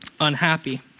Unhappy